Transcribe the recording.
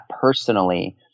personally